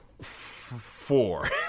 four